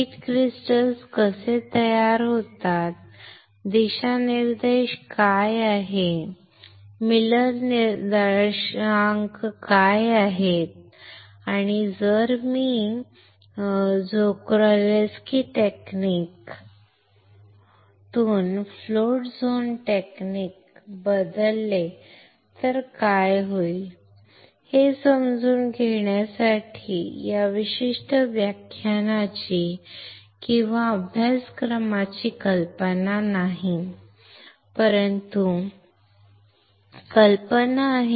seed crystals कसे तयार होतात दिशानिर्देश काय आहेत मिलर निर्देशांक काय आहेत आणि जर मी झोक्रॅल्स्की टेक्निक तून फ्लोट झोन टेक्निक बदलले तर काय होईल हे समजून घेण्यासाठी या विशिष्ट व्याख्यानाची किंवा अभ्यासक्रमाची कल्पना नाही परंतु कल्पना आहे